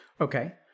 Okay